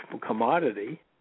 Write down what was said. commodity